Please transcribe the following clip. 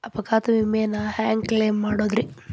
ಅಪಘಾತ ವಿಮೆನ ಹ್ಯಾಂಗ್ ಕ್ಲೈಂ ಮಾಡೋದ್ರಿ?